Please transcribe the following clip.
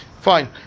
Fine